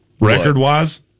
Record-wise